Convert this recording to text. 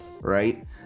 Right